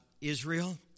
Israel